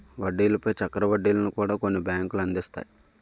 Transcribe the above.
వడ్డీల పై చక్ర వడ్డీలను కూడా కొన్ని బ్యాంకులు అందిస్తాయి